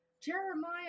Jeremiah